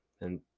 and-